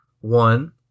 one